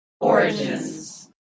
Origins